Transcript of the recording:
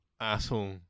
asshole